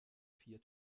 vier